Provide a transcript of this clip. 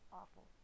awful